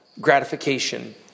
gratification